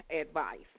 advice